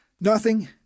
Nothing